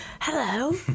Hello